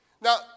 Now